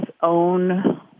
own